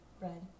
Red